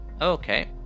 Okay